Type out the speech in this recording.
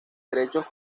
derechos